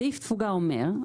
סעיף תפוגה אומר,